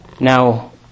Now